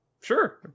Sure